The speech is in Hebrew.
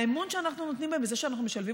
האמון שאנחנו נותנים בהם בזה שאנחנו משלבים